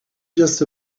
just